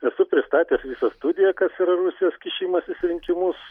esu pristatęs visą studiją kas yra rusijos kišimasis į rinkimus